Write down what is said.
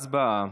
הצבעה.